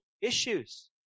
issues